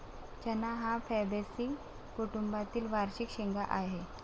चणा हा फैबेसी कुटुंबातील वार्षिक शेंगा आहे